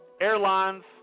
airlines